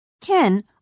Ken